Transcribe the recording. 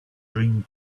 dream